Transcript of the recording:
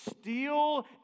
steal